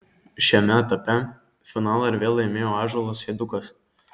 šiame etape finalą ir vėl laimėjo ąžuolas eidukas